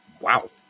Wow